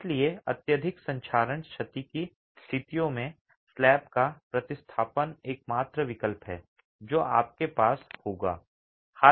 इसलिए अत्यधिक संक्षारण क्षति की स्थितियों में स्लैब का प्रतिस्थापन एकमात्र विकल्प है जो आपके पास होगा